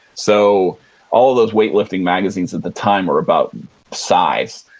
so all those weightlifting magazines at the time were about size.